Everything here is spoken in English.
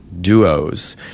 duos